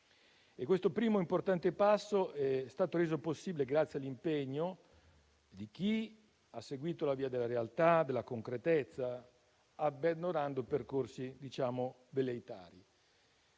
Questo primo ed importante passo è stato reso possibile grazie all'impegno di chi ha seguito la via della realtà e della concretezza, abbandonando percorsi che possiamo